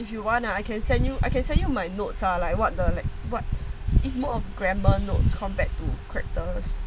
if you want ah I can send you I can tell you my notes lah like what the what is more of grammer notes compared to characters